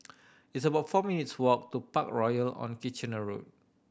it's about four minutes' walk to Parkroyal on Kitchener Road